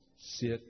sit